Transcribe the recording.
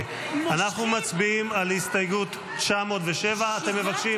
אנחנו מצביעים על הסתייגות 907. אתם מבקשים